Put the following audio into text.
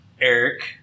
Eric